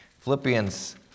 Philippians